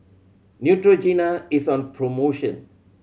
Neutrogena is on promotion